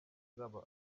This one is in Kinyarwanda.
uzaba